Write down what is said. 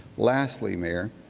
lastly, mayor,